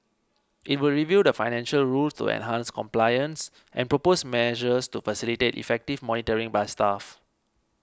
it will review the financial rules to enhance compliance and propose measures to facilitate effective monitoring by staff